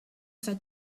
said